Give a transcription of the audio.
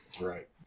Right